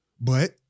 But-